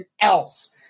else